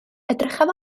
edrychaf